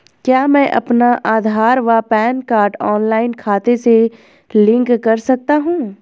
क्या मैं अपना आधार व पैन कार्ड ऑनलाइन खाते से लिंक कर सकता हूँ?